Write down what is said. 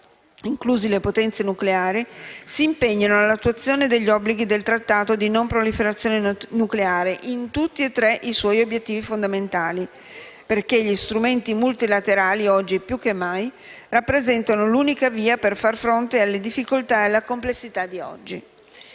gli Stati, incluse le potenze nucleari, si impegnino all'attuazione degli obblighi del Trattato di non proliferazione nucleare in tutti e tre i suoi obiettivi fondamentali, perché gli strumenti multilaterali, oggi più che mai, rappresentano l'unica via per far fronte alle difficoltà e alla complessità di oggi.